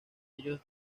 ellos